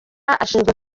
ashinzwe